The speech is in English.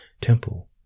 temple